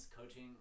coaching